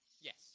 Yes